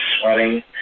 sweating